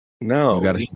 No